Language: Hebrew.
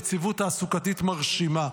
יציבות תעסוקתית מרשימה.